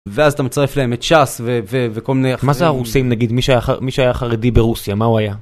ואז אתה מצטרף להם את שס וכל מיני אחרים, מה זה הרוסים נגיד מי שהיה חר.. מי שהיה חרדי ברוסיה מה הוא היה.